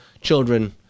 children